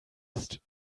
ist